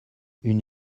une